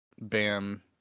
Bam